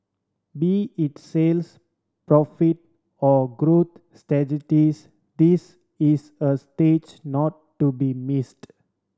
be it sales profit or growth this is a stage not to be missed